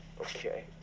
Okay